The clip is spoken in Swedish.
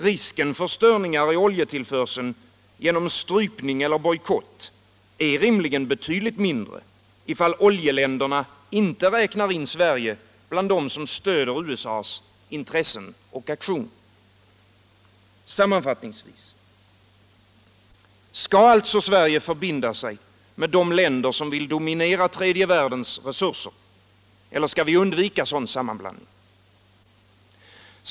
Risken för störningar i oljetillförseln genom strypning eller bojkott är rimligen betydligt mindre ifall oljeländerna inte räknar in Sverige bland dem som stöder USA:s intressen och aktioner. Sammanfattningsvis: Skall alltså Sverige förbinda sig med de länder som vill dominera tredje världens resurser, eller skall vi undvika sådan sammanblandning?